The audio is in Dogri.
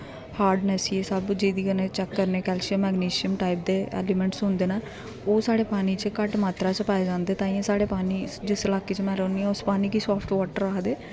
हार्डनेस एह् सब जेह्दी कन्नै चेक करने आं कैल्शियम मैगनीशियम टाइप दे एलिमेंट्स होंदे न ओह् साढ़े पानी च घट्ट मात्रा च पाए जंदे तांहीं साढ़े पानी जिस इलाके च में रौह्नी आं उस पानी गी सॉफ्ट वॉटर आखदे